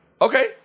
Okay